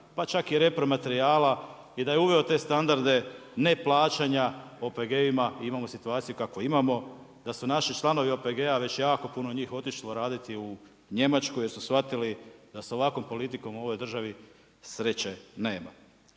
pa čak i repromaterijala i da je uveo te standarde neplaćanja OPG-ima imamo situaciju kakvu imamo, da su naši članovi OPG-a već jako puno njih otišlo raditi u Njemačku jer su shvatili da sa ovakvom politikom u ovoj državi sreće nema.